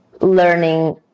learning